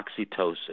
oxytocin